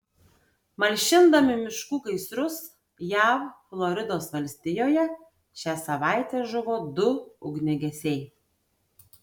malšindami miškų gaisrus jav floridos valstijoje šią savaitę žuvo du ugniagesiai